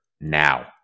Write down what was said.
now